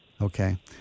Okay